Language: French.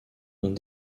ont